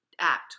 act